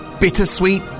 Bittersweet